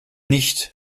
nicht